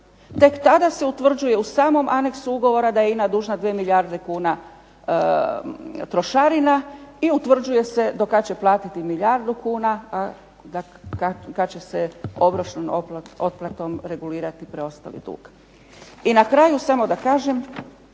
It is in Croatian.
tek tada se utvrđuje u samom aneksu ugovora da je INA dužna 2 milijarde kuna trošarina i utvrđuje se do kad će platiti milijardu kuna, a kad će se obročnom otplatom regulirati preostali dug. I na kraju samo da kažem,